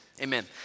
amen